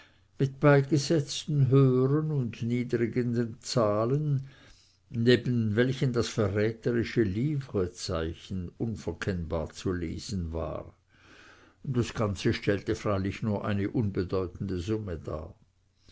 mit beigesetzten höhern und niedrigern zahlen neben welchen das verräterische livreszeichen unverkennbar zu lesen war das ganze stellte freilich eine nur unbedeutende summe dar